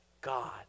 God